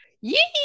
yee